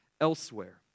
elsewhere